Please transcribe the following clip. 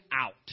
out